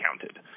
counted